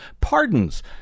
pardons